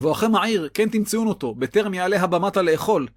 כבואכם העיר, כן תמצאון אותו, בטרם יעלה הבמתה לאכול.